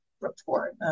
report